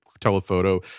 telephoto